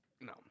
No